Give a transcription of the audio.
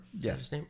Yes